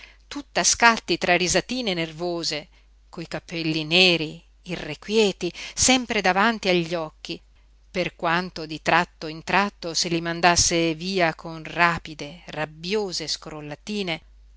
tutta scatti tra risatine nervose coi capelli neri irrequieti sempre davanti agli occhi per quanto di tratto in tratto se li mandasse via con rapide rabbiose scrollatine